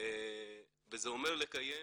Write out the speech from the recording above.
וזה אומר לקיים